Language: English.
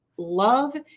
love